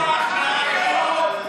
עדיף לך לשתוק.